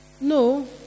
No